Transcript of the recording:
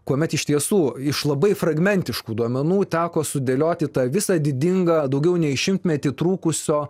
kuomet iš tiesų iš labai fragmentiškų duomenų teko sudėlioti tą visą didingą daugiau nei šimtmetį trukusio